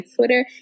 Twitter